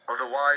Otherwise